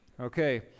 Okay